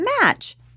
Match